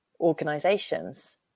organizations